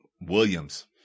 Williams